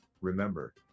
remember